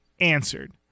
Answered